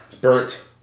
Burnt